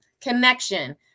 connection